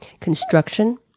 construction